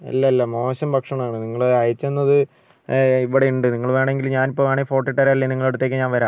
അല്ല അല്ല മോശം ഭക്ഷണം ആണ് നിങ്ങൾ അയച്ച് തന്നത് ഇവിടെ ഉണ്ട് നിങ്ങൾ വേണമെങ്കിൽ ഞാൻ ഇപ്പോൾ വേണമെങ്കിൽ ഫോട്ടോ ഇട്ട് തരാം അല്ലെങ്കിൽ നിങ്ങളുടെ അടുത്തേക്ക് ഞാൻ വരാം